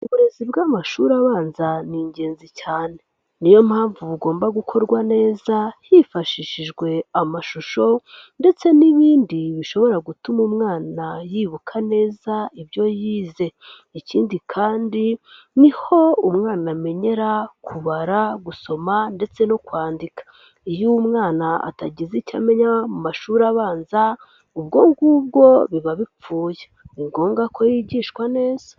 Uburezi bw'amashuri abanza ni ingenzi cyane. Niyo mpamvu bugomba gukorwa neza hifashishijwe amashusho ndetse n'ibindi bishobora gutuma umwana yibuka neza ibyo yize. Ikindi kandi niho umwana amenyera kubara, gusoma ndetse no kwandika. Iyo umwana atagize icyo amenya mu mashuri abanza, ubwo ngubwo biba bipfuye. Ni ngombwa ko yigishwa neza.